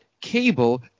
Cable